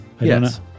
Yes